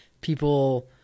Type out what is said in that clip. people